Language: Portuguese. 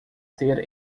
ter